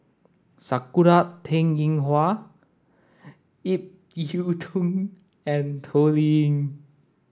Sakura Teng Ying Hua Ip Yiu Tung and Toh Liying